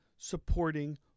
Supporting